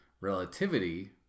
relativity